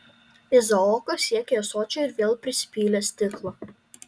izaokas siekė ąsočio ir vėl prisipylė stiklą